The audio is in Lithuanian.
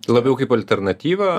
labiau kaip alternatyvą